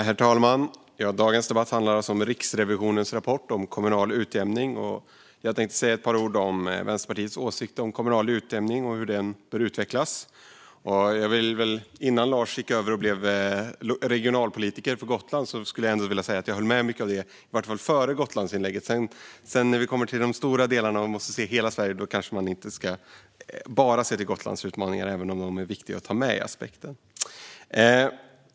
Herr talman! Dagens debatt handlar om Riksrevisionens rapport om kommunal utjämning. Jag tänkte säga ett par ord om Vänsterpartiets åsikt om kommunal utjämning och hur den bör utvecklas. Jag höll med om mycket av det som Lars Thomsson sa, i varje fall före Gotlandsinlägget då han gick över till att bli gotländsk regionalpolitiker. När det kommer till de stora delarna, där man måste se hela Sverige, kanske man inte bara ska se till Gotlands utmaningar, även om de är viktiga aspekter att ta med.